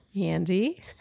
Andy